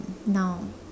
now